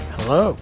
Hello